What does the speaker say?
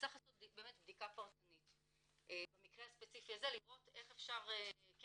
צריך לעשות באמת בדיקה פרטנית במקרה הספציפי הזה לראות איך אפשר כן